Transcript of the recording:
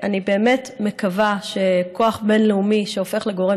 אני מקווה שכוח בין-לאומי שהופך לגורם